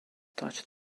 touched